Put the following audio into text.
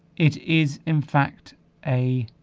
it is in fact a